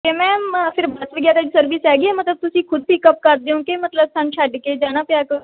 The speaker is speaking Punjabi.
ਅਤੇ ਮੈਮ ਫਿਰ ਬੱਸ ਵਗੈਰਾ ਦੀ ਸਰਵਿਸ ਹੈਗੀ ਹੈ ਮਤਲਬ ਤੁਸੀਂ ਖੁਦ ਪਿਕਅੱਪ ਕਰਦੇ ਹੋ ਕਿ ਮਤਲਬ ਸਾਨੂੰ ਛੱਡ ਕੇ ਜਾਣਾ ਪਿਆ ਕਰੂ